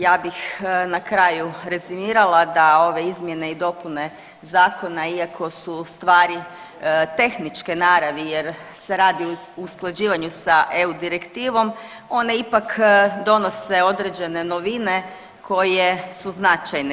Ja bih na kraju rezimirala da ove izmjene i dopune zakona iako su stvari tehničke naravi jer se radi o usklađivanju sa EU direktivom one ipak donose određene novine koje su značajne.